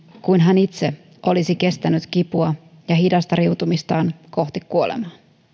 kuin hän itse olisi kestänyt kipua ja hidasta riutumistaan kohti kuolemaa